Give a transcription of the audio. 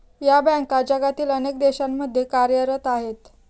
या बँका जगातील अनेक देशांमध्ये कार्यरत आहेत